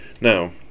Now